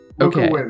Okay